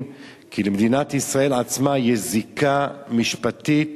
כי למדינת ישראל עצמה יש זיקה משפטית,